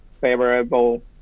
favorable